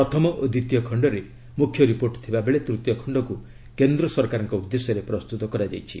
ପ୍ରଥମ ଓ ଦ୍ୱିତୀୟ ଖଣ୍ଡରେ ମୁଖ୍ୟ ରିପୋର୍ଟ ଥିବା ବେଳେ ତୂତୀୟ ଖଣ୍ଡକୁ କେନ୍ଦ୍ର ସରକାରଙ୍କ ଉଦ୍ଦେଶ୍ୟରେ ପ୍ରସ୍ତୁତ କରାଯାଇଛି